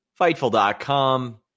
fightful.com